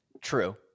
True